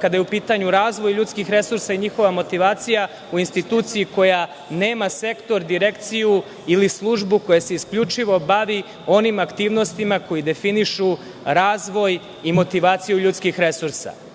kada je u pitanju razvoj ljudskih resursa i njihova motivacija u instituciji koja nema sektor, direkciju ili službu koja se isključivo bavi onim aktivnostima koje definišu razvoj i motivaciju ljudskih resursa. Ne